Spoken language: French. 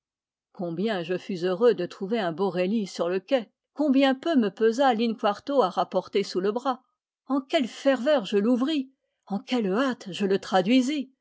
combien je fus heureux de trouver un borelli sur le quai combien peu me pesa lin quarto à rapporter sous le bras en quelle ferveur je l'ouvris en quelle hâte je le traduisis